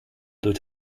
durch